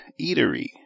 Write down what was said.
Eatery